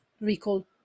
recall